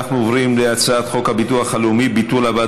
אנחנו עוברים להצעת חוק הביטוח הלאומי (תיקון מס'